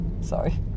Sorry